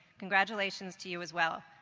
congratulations to you as well.